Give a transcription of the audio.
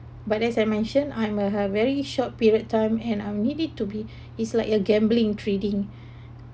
but as I mention I'm a uh very short period time and I will need it to be is like a gambling trading